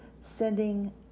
sending